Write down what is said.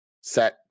set